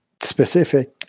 specific